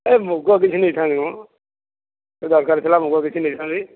ଏଇ ମୁଗ କିଛି ନେଇଥାଆନ୍ତି ମ ଦରକାର ଥିଲା ମୁଗ କିଛି ନେଇଥାଆନ୍ତି